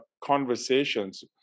conversations